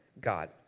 God